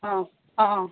ꯑꯥ ꯑꯑꯥ